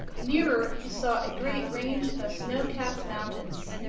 nearer he saw a great range of snow-capped mountains,